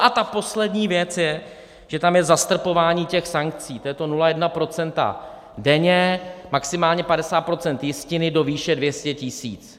A ta poslední věc je, že je tam zastropování těch sankcí to je to 0,1 % denně, maximálně 50 % jistiny do výše 200 tisíc.